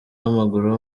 w’amaguru